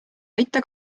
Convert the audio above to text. aita